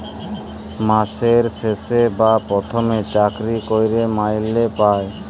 মাসের শেষে বা পথমে চাকরি ক্যইরে মাইলে পায়